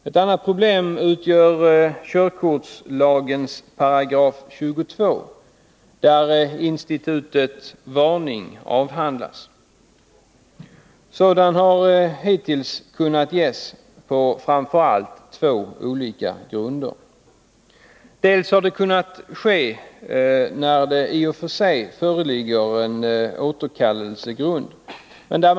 Ett annat problem utgör 22§ körkortslagen, där institutet varning avhandlas. Varning har hittills kunnat ges på framför allt två grunder: För det första har det kunnat ske när återkallelsegrund föreligger.